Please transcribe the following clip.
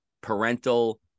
parental